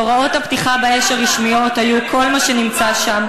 "כי הוראות הפתיחה באש הרשמיות היו: כל מי שנמצא שם,